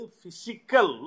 physical